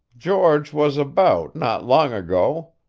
george was a-beout not long ago.